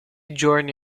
giorni